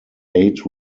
eight